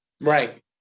right